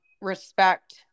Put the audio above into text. respect